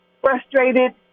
frustrated